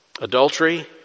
Adultery